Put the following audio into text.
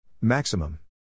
Maximum